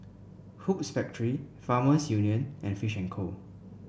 Hoops Factory Farmers Union and Fishing and Co